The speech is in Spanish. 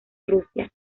rusia